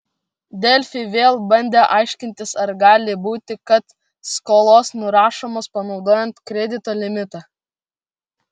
delfi vėl bandė aiškintis ar gali būti kad skolos nurašomos panaudojant kredito limitą